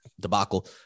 debacle